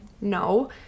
no